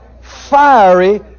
Fiery